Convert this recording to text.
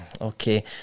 okay